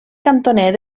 cantoner